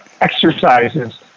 exercises